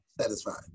satisfied